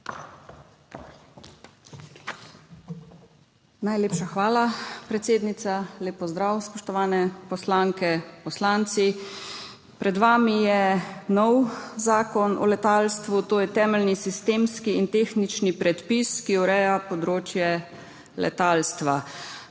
Najlepša hvala, predsednica. Lep pozdrav, spoštovane poslanke in poslanci! Pred vami je nov Zakon o letalstvu, to je temeljni sistemski in tehnični predpis, ki ureja področje letalstva.